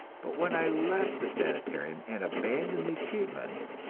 but when i left the sanitarium, and abandoned the treatments,